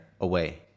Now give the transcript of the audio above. away